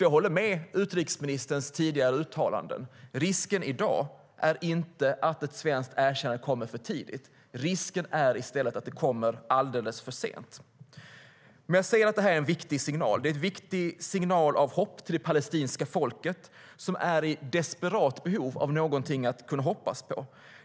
Jag instämmer i utrikesministerns tidigare uttalanden: Risken i dag är inte att ett svenskt erkännande kommer för tidigt, utan risken är i stället att det kommer alldeles för sent. Men jag säger att detta är en viktig signal. Det är en viktig signal av hopp till det palestinska folket, som är i desperat behov av något att kunna hoppas på.